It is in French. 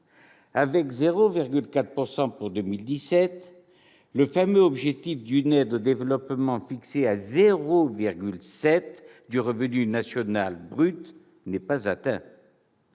avec 0,4 % pour 2017, le fameux objectif d'une aide au développement fixé à 0,7 % du revenu national brut n'est pas atteint.